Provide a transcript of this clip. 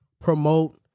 promote